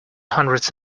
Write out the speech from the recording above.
hundreds